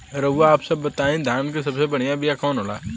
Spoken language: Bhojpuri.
रउआ आप सब बताई धान क सबसे बढ़ियां बिया कवन होला?